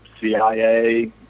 CIA